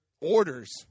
orders